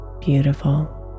beautiful